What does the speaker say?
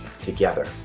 together